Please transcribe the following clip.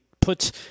puts